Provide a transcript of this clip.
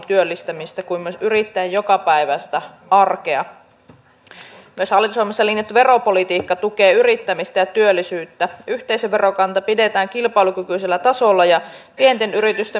palkkatuki starttiraha ovat oikeasti vaikuttavia toimenpiteitä eikä niitä olla millään lailla ajamassa alas vaan nimenomaan keskitytään niihin toimenpiteisiin joilla oikeasti saadaan tuloksia